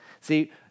See